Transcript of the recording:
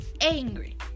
angry